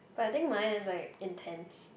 but I think mine is like intense